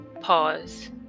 pause